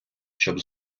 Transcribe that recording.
щоб